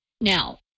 now